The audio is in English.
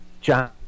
John